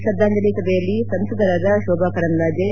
ತ್ರದ್ದಾಂಜಲಿ ಸಭೆಯಲ್ಲಿ ಸಂಸದರಾದ ಕೋಭಾ ಕರಂದ್ಲಾಜೆ